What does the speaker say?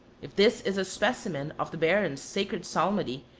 if this is a specimen of the baron's sacred psalmody,